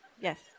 Yes